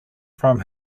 from